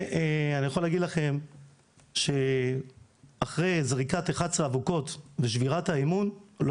אני יכול להגיד לכם שאחרי זריקת 11 אבוקות ושבירת האמון לא